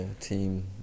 team